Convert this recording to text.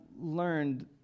learned